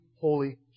Holy